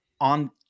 on